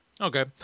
Okay